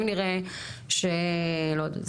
אם נראה שלא יודעת,